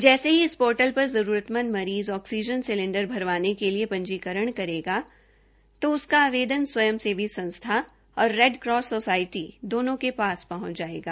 जैसे ही इस पोर्टल पर जरूरतमंद मरीज ऑक्सीजन सिलेंडर के पंजीकरण के लिए पंजीकरण करेंगे तो उसका आवेदन स्वयंसेवी संस्था और रेड क्रॉस सोसाइटी दोनों के पास पहंच जायेगा